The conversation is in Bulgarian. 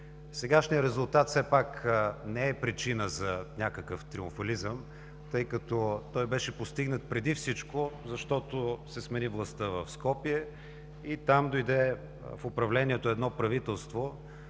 Сегашният резултат не е причина за някакъв триумфализъм, тъй като той беше постигнат преди всичко защото се смени властта в Скопие и там дойде в управлението едно правителство,